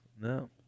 No